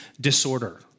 disorder